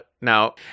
Now